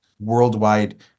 worldwide